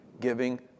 giving